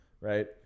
Right